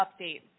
update